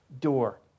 door